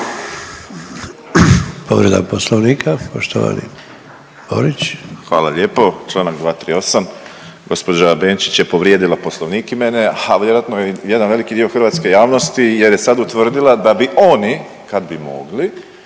Povreda Poslovnika, poštovani Borić. **Borić, Josip (HDZ)** Hvala lijepo. Čl. 238, gđa. Benčić je povrijedila Poslovnik i mene, ha vjerojatno i jedan veliki dio hrvatske javnosti jer je sad utvrdila da bi oni kad bi mogli,